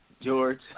George